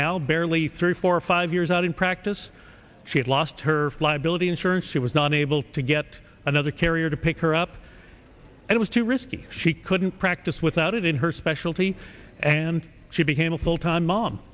now barely three four five years out in practice she had lost her liability insurance she was not able to get another carrier to pick her up it was too risky she couldn't practice without it in her specialty and she became a full time mom